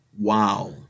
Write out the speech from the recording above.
Wow